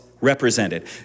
represented